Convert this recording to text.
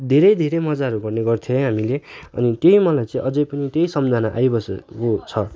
धेरै धेरै मजाहरू गर्ने गर्थ्यो है हामीले अनि त्यही मलाई अझै पनि तै सम्झाना आइबस्छ छ